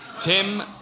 Tim